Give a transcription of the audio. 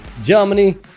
Germany